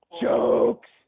Jokes